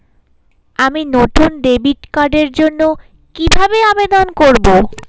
আমি নতুন ডেবিট কার্ডের জন্য কিভাবে আবেদন করব?